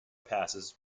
passes